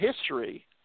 history